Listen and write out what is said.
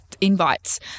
invites